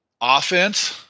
offense